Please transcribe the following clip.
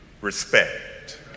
respect